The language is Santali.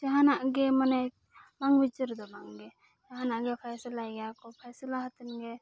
ᱡᱟᱦᱱᱟᱜ ᱜᱮ ᱢᱟᱱᱮ ᱵᱟᱝ ᱵᱤᱪᱟᱹᱨᱫᱚ ᱵᱟᱝᱜᱮ ᱡᱟᱦᱟᱱᱟᱜ ᱜᱮ ᱯᱷᱟᱭᱥᱚᱞᱟᱭ ᱜᱮᱭᱟᱠᱚ ᱯᱷᱟᱭᱥᱟᱞᱟ ᱠᱟᱛᱮᱫᱜᱮ